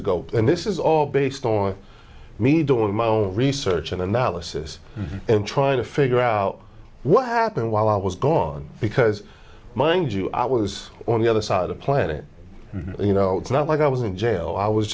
ago and this is all based on me doing my own research and analysis and trying to figure out what happened while i was gone because mind you i was on the other side of the planet you know it's not like i was in jail i was